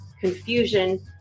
confusion